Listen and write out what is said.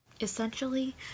Essentially